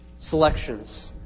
selections